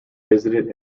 visited